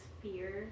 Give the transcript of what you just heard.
fear